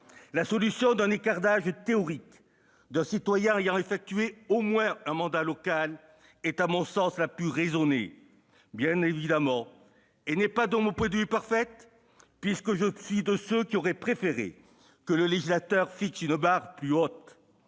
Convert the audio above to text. La solution d'un écart d'âge théorique d'un citoyen ayant effectué au moins un mandat local est à mon sens la plus raisonnée. Bien évidemment, elle n'est pas, de mon point de vue, parfaite, puisque je suis de ceux qui auraient préféré que le législateur fixe une barre plus haute.